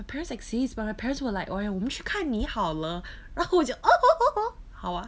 my parents exist but my parents will like !aiya! 我们去看你好了然后我就 好啊